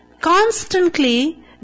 constantly